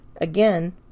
again